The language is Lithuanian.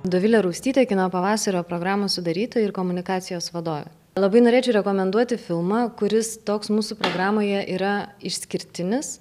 dovilė raustytė kino pavasario programos sudarytoja ir komunikacijos vadovė labai norėčiau rekomenduoti filmą kuris toks mūsų programoje yra išskirtinis